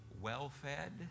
well-fed